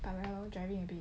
parallel driving already